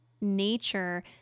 nature